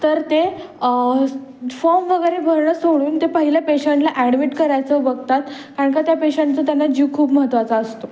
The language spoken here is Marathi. तर ते फॉर्म वगैरे भरणं सोडून ते पहिलं पेशंटला ॲडमिट करायचं बघतात कारण का त्या पेशंटचं त्यांना जीव खूप महत्वाचा असतो